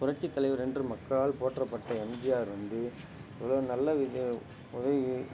புரட்சித் தலைவர் என்று மக்களால் போற்றப்பட்ட எம்ஜிஆர் வந்து இவ்வளோ நல்ல விஷயம் உதவிகளை